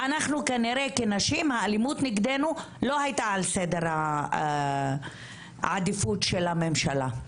אנחנו כנראה כנשים האלימות נגדנו לא הייתה על סדר העדיפות של הממשלה.